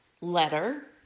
letter